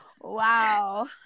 Wow